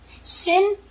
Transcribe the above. Sin